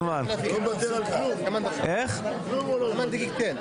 תגמול עבור ביצוע מעשה טרור (תיקוני חקיקה),